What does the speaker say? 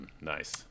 Nice